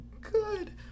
good